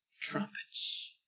trumpets